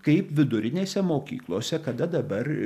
kaip vidurinėse mokyklose kada dabar